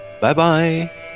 Bye-bye